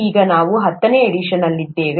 ಈಗ ನಾವು ಹತ್ತನೇ ಎಡಿಷನ್ ಅಲ್ಲಿದ್ದೇವೆ